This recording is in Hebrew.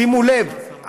שימו לב,